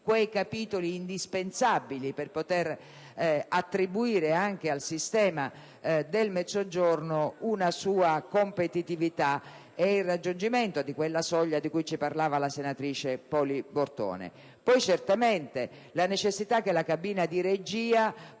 di capitoli indispensabili per poter attribuire anche al sistema del Mezzogiorno una sua competitività e per consentire ad esso il raggiungimento di quella soglia di cui parlava la senatrice Poli Bortone. Vi è poi la necessità che la cabina di regia